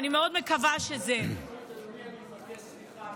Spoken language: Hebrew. ואני מאוד מקווה שזה, אדוני, אני מבקש סליחה.